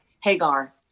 Hagar